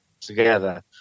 together